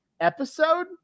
episode